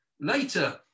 later